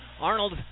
Arnold